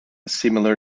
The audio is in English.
similar